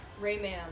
Rayman